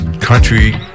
country